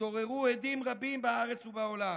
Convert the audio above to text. התעוררו הדים רבים בארץ ובעולם.